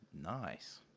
nice